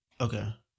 Okay